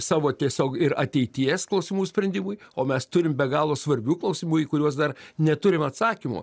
savo tiesiog ir ateities klausimų sprendimui o mes turim be galo svarbių klausimų į kuriuos dar neturim atsakymų